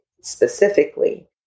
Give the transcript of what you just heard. specifically